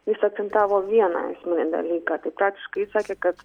jis akcentavo vieną esminį dalyką tai praktiškai jis sakė kad